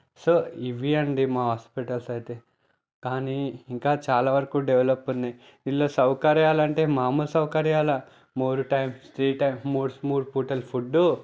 so ఇవి అండి మా హాస్పిటల్స్ అయితే కానీ ఇంకా చాలా వరకు డెవలప్ ఉన్నాయి ఇందులో సౌకర్యాలు అంటే మామూలు సౌకర్యాల మూడు టైమ్స్ త్రీ టైమ్స్ మూడు మూడు పూటల ఫుడ్డు